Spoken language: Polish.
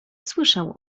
słyszał